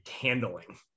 handling